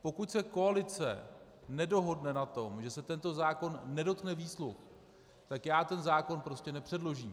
Pokud se koalice nedohodne na tom, že se tento zákon nedotkne výsluh, tak já ten zákon prostě nepředložím.